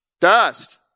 Dust